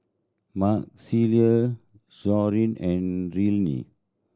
Marcelle Shon and Rillie